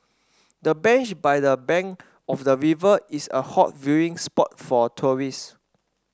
the bench by the bank of the river is a hot viewing spot for tourists